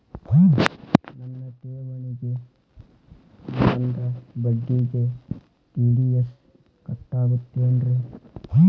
ನನ್ನ ಠೇವಣಿಗೆ ಬಂದ ಬಡ್ಡಿಗೆ ಟಿ.ಡಿ.ಎಸ್ ಕಟ್ಟಾಗುತ್ತೇನ್ರೇ?